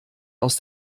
aus